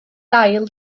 dail